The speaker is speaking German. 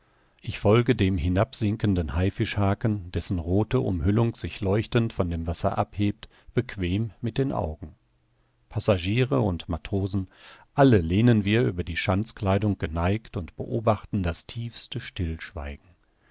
ich folge dem hinabsinkenden haifischhaken dessen rothe umhüllung sich leuchtend von dem wasser abhebt bequem mit den augen passagiere und matrosen alle lehnen wir über die schanzkleidung geneigt und beobachten das tiefste stillschweigen